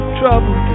trouble